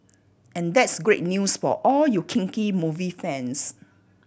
and that's great news for all you kinky movie fans